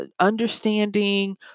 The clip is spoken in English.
understanding